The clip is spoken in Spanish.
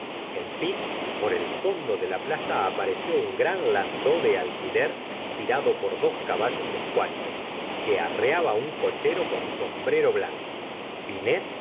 en fin por el fondo de la plaza apareció un gran landó de alquiler tirado por dos caballos escuálidos que arreaba un cochero con sombrero blanco binet